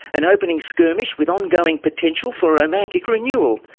an opening skirmish with ongoing potential for romantic renewal.